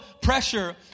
pressure